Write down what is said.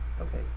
okay